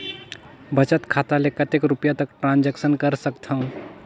बचत खाता ले कतेक रुपिया तक ट्रांजेक्शन कर सकथव?